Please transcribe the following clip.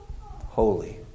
holy